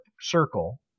Circle